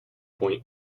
point